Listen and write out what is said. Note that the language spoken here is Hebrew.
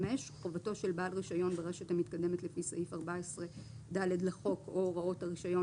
חובתו של בעל רישיון ברשת מתקדמת לפי סעיף 14ד לחוק או הוראות הרישיון